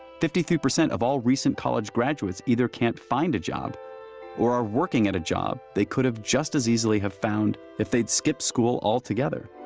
fifty three percent of all recent college graduates either can't find a job or are working at a job they could have just as easily have found if they skipped school all together.